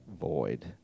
void